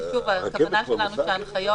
הכוונה שלנו היא שההנחיות